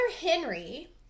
Henry